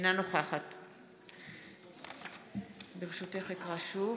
אינה נוכחת ברשותך, אקרא שוב.